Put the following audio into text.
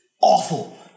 awful